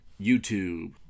YouTube